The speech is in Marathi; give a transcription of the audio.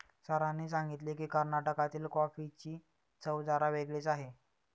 सरांनी सांगितले की, कर्नाटकातील कॉफीची चव जरा वेगळी आहे